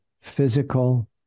physical